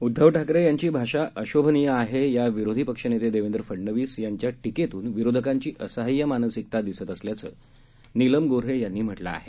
उद्धव ठाकरे यांची भाषा अशोभनीय आहे या विरोधी पक्षनेते देवेंद्र फडनवीस यांच्या टीकेतून विरोधकांची असहाय्य मानसिकता दिसत असल्याचं निलम गोऱ्हे यांनी म्हटलं आहे